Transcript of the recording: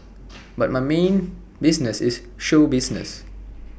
but my main business is show business